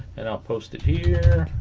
and i'll post it here